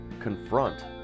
confront